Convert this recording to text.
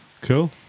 cool